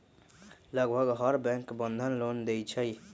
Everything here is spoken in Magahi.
लगभग हर बैंक बंधन लोन देई छई